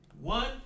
one